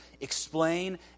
explain